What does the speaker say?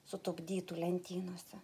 sutupdytų lentynose